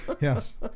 Yes